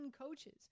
coaches